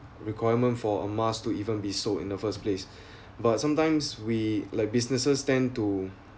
requirement for a mask to even be sold in the first place but sometimes we like businesses tend to